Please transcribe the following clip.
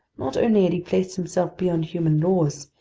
not only had he placed himself beyond human laws,